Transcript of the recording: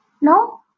No